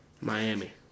Miami